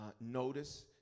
notice